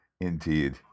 Indeed